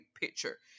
picture